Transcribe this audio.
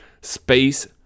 space